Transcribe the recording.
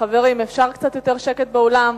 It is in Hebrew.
חברים, אפשר קצת יותר שקט באולם?